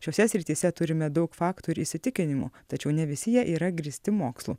šiose srityse turime daug faktų ir įsitikinimų tačiau ne visi jie yra grįsti mokslu